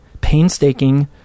painstaking